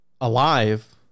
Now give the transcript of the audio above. alive